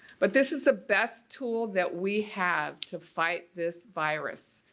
but this is the best tool that we have to fight this virus,